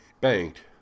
Banked